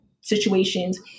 situations